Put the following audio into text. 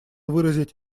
выразить